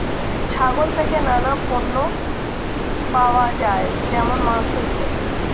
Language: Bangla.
ছাগল থেকে নানা পণ্য পাওয়া যায় যেমন মাংস, ইত্যাদি